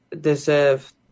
deserve